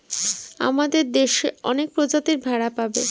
আমাদের দেশে অনেক প্রজাতির ভেড়া পাবে